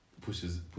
Pushes